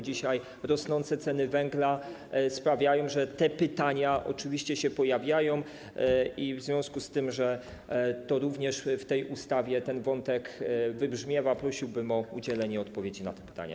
Dzisiaj rosnące ceny węgla sprawiają, że te pytania oczywiście się pojawiają, i w związku z tym, że również w tej ustawie ten wątek wybrzmiewa, prosiłbym o udzielenie odpowiedzi na te pytania.